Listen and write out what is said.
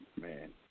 Man